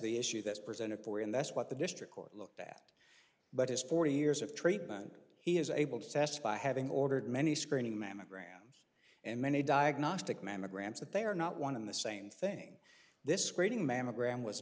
the issue that's presented for and that's what the district court looked at but it's forty years of treatment he is able to testify having ordered many screening mammograms and many diagnostic mammograms that they are not one in the same thing this screening mammogram was